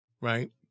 right